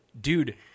dude